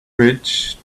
bridge